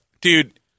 dude